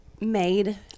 made